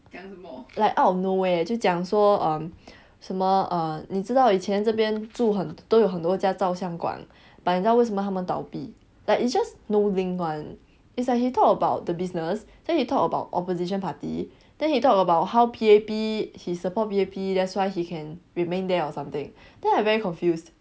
like out of nowhere 就讲说 um 什么 err 你知道以前这边住很都有很多家照相馆 but now 为什么他们倒闭 like it's just no link [one] it's like he talked about the business then he talk about opposition party then he talked about how P_A_P he support P_A_P that's why he can remain there or something then I very confused